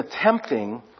attempting